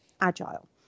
agile